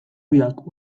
biak